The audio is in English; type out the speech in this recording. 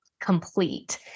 complete